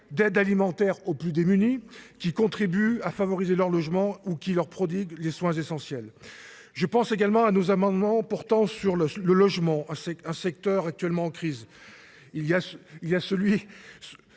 d'aide alimentaire aux plus démunis qui contribuent à favoriser leur logement ou qui leur prodiguent les soins essentiels. Je pense également à nos amendements pourtant sur le logement, un secteur actuellement en crise. Il y a celui